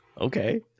Okay